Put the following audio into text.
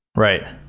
right.